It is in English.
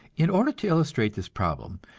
in order to illustrate this problem,